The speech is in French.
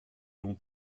l’on